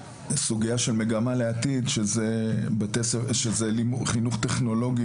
סוגיה של מגמה לעתיד שזה חינוך טכנולוגי